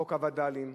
חוק הווד"לים,